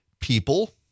people